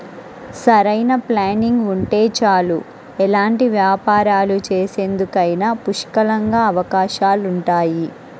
సరైన ప్లానింగ్ ఉంటే చాలు ఎలాంటి వ్యాపారాలు చేసేందుకైనా పుష్కలంగా అవకాశాలుంటాయి